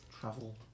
travel